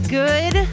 good